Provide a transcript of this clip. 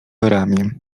ramię